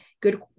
good